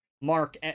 mark